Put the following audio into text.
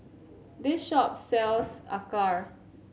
this shop sells Acar